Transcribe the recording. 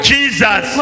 Jesus